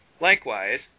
Likewise